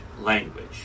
language